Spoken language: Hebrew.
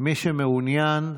מי שמעוניין,